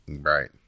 Right